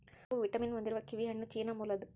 ಹಲವು ವಿಟಮಿನ್ ಹೊಂದಿರುವ ಕಿವಿಹಣ್ಣು ಚೀನಾ ಮೂಲದ್ದು